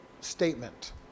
statement